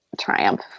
triumph